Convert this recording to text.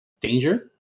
Danger